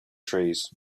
trees